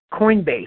Coinbase